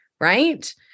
right